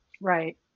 Right